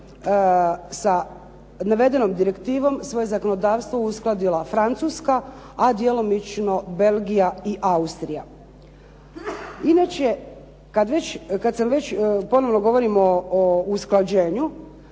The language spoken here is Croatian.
sa navedenom direktivom svoje zakonodavstvo uskladila Francuska a djelomično Belgija i Austrija. Inače, kad već ponovno govorim o usklađenju